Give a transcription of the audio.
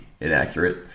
inaccurate